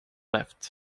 left